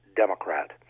Democrat